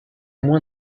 moins